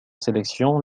sélection